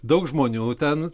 daug žmonių ten